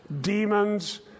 demons